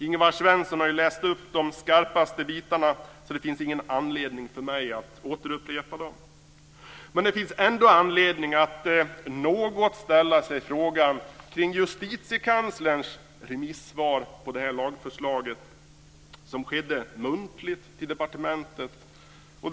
Ingvar Svensson har läst upp de skarpaste bitarna, så det finns ingen anledning för mig att upprepa dem. Det finns ändå anledning att ställa sig något frågande vad gäller Justitiekanslerns remissvar på lagförslaget - muntligt till departementet.